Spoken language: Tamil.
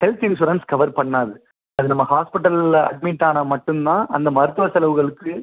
ஹெல்த் இன்ஷுரன்ஸ் கவர் பண்ணாது அது நம்ம ஹாஸ்பிட்டலில் அட்மிட்டானால் மட்டும் தான் அந்த மருத்துவ செலவுகளுக்கு